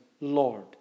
Lord